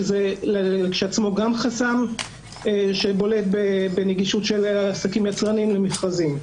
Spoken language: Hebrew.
שזה כשלעצמו גם חסם שבולט בנגישות של עסקים יצרניים למכרזים.